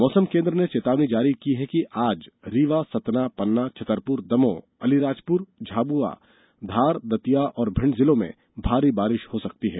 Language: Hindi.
मौसम केंद्र ने चेतावनी जारी की है कि आज रीवा सतना पन्ना छतरपुर दमोह अलीराजपुर झाबुआ धार दतिया और भिण्ड जिलों में भारी बारिष हो सकती है